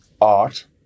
art